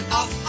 off